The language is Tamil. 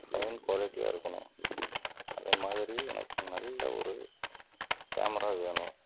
ஃபைன் குவாலிட்டியாக இருக்கணும் அதை மாதிரி எனக்கு நல்ல ஒரு கேமரா வேணும்